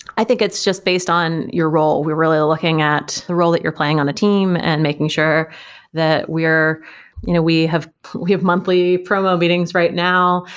i think it's just based on your role. we're really looking at the role that you're playing on the team and making sure that you know we have we have monthly promo meetings right now,